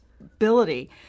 ability